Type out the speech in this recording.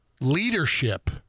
leadership